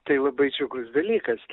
tai labai džiugus dalykas